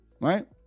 Right